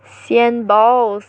sian balls